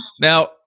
Now